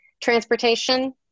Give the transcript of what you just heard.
transportation